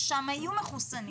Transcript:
ששם היו מחוסנים,